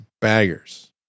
baggers